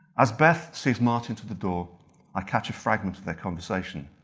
as beth sees martin to the door i catch a fragment of their conversation.